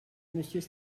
monsieur